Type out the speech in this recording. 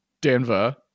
Denver